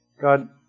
God